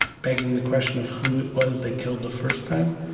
begging the question of who it was they killed the first time.